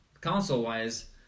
console-wise